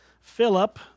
Philip